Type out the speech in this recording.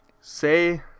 Say